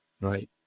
Right